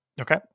Okay